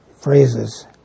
phrases